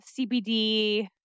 CBD